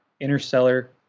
Interstellar